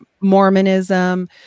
Mormonism